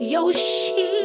Yoshi